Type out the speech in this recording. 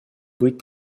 быть